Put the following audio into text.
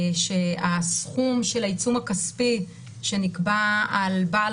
שהסכום של העיצום הכספי שנקבע על בעל